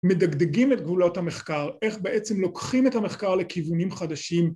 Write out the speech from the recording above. מדגדגים את גבולות המחקר, איך בעצם לוקחים את המחקר לכיוונים חדשים